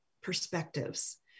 perspectives